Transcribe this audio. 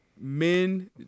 men